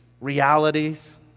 realities